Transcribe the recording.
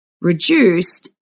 reduced